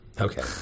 Okay